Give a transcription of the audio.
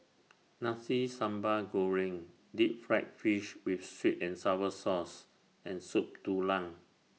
Nasi Sambal Goreng Deep Fried Fish with Sweet and Sour Sauce and Soup Tulang